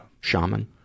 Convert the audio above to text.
shaman